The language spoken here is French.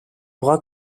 bras